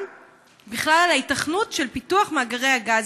בכלל על ההיתכנות של פיתוח מאגרי הגז?